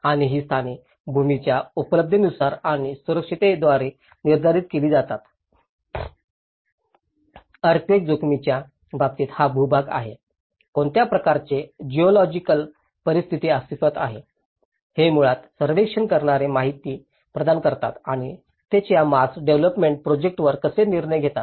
आणि ही स्थाने भूमीच्या उपलब्धतेनुसार आणि सुरक्षिततेद्वारे निर्धारित केली जातात अर्थक्वेक जोखीमच्या बाबतीत हा भूभाग आहे कोणत्या प्रकारचे जिऑलॉजिकल परिस्थिती अस्तित्वात आहे हे मुळात सर्वेक्षण करणारे माहिती प्रदान करतात आणि तेच या मास डेव्हलोपमेंट प्रोजेक्ट वर कसे निर्णय घेतात